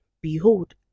behold